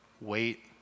wait